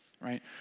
right